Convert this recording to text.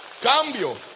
Cambio